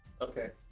Okay